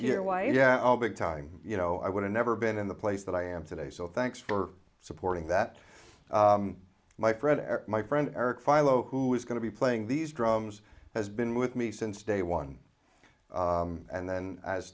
i'll big time you know i would have never been in the place that i am today so thanks for supporting that my friend my friend eric phyla who is going to be playing these drums has been with me since day one and then as